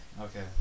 Okay